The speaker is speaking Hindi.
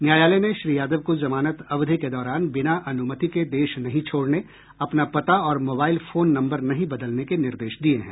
न्यायालय ने श्री यादव को जमानत अवधि के दौरान बिना अनुमति के देश नहीं छोड़ने अपना पता और मोबाइल फोन नम्बर नहीं बदलने के निर्देश दिये हैं